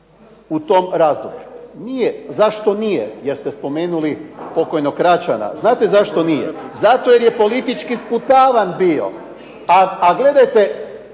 u tom razdoblju. Nije. Zašto nije? Jer ste spomenuli pokojnog Račana. Znate zašto nije? Zato jer je politički sputavan bio. A gledajte